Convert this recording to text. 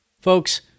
Folks